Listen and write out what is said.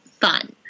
fun